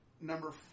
Number